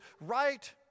right